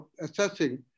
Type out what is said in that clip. assessing